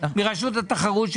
מרשות התחרות,